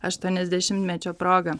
aštuoniasdešimtmečio proga